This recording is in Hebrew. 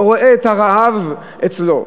אתה רואה את הרעב אצלו,